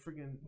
freaking